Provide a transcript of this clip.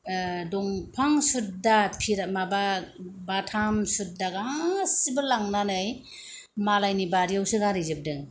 दंफां सुदधा फिर माबा बाथाम सुदधा गासिबो लांनानै मालायनि बारिआवसो गारैजोबदों